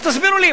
אז תסבירו לי,